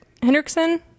Hendrickson